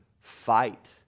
fight